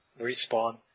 Respawn